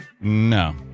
No